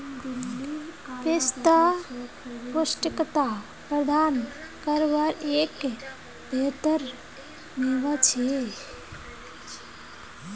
पिस्ता पौष्टिकता प्रदान कारवार एक बेहतर मेवा छे